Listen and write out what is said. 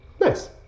Nice